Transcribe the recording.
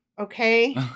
Okay